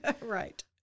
Right